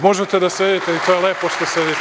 Možete da sedite i to je lepo što sedite.